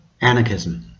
anarchism